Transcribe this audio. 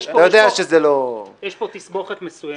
יש פה תסבוכת מסוימת,